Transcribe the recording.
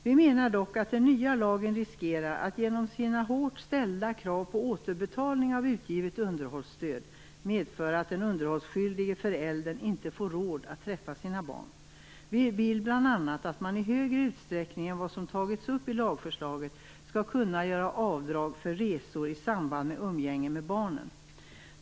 Vi menar dock att den nya lagen genom sina hårt ställda krav på återbetalning av utgivet underhållsstöd riskerar att medföra att den underhållsskyldige föräldern inte får råd att träffa sina barn. Vi vill bl.a. att man i högre utsträckning än vad som sägs i lagförslaget skall kunna göra avdrag för resor i samband med umgänge med barnen.